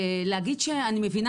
אני מבינה